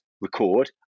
record